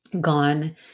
gone